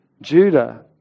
Judah